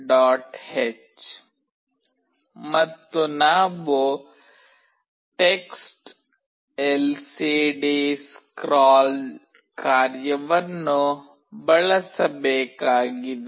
h ಮತ್ತು ನಾವು TextLCDScroll ಕಾರ್ಯವನ್ನು ಬಳಸಬೇಕಾಗಿದೆ